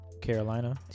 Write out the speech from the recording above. Carolina